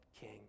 king